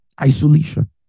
Isolation